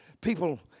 people